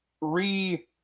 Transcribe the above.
re